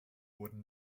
wooden